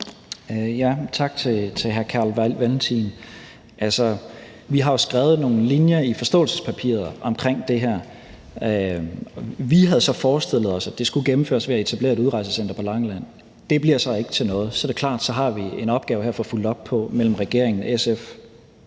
Tak til hr. Carl Valentin. Vi har jo skrevet nogle linjer i forståelsespapiret om det her. Vi havde så forestillet os, at det skulle gennemføres ved at etablere et udrejsecenter på Langeland. Det bliver så ikke til noget. Så er det klart, at vi her har en opgave at få fulgt op på mellem regeringen, SF,